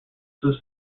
was